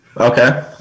Okay